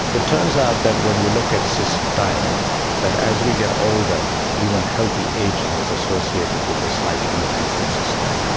it turns out that when we look at cystine that as we get older even healthy ageing is associated with a slight increase in cystine.